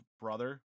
brother